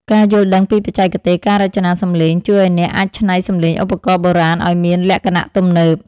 ការយល់ដឹងពីបច្ចេកទេស ការរចនាសំឡេង ជួយឱ្យអ្នកអាចច្នៃសំឡេងឧបករណ៍បុរាណឱ្យមានលក្ខណៈទំនើប។